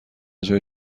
جای